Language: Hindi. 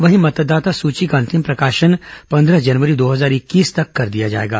वहीं मतदाता सूची का अंतिम प्रकाशन पंद्रह जनवरी दो हजार इक्कीस तक कर दिया जाएगा